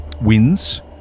wins